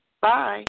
Bye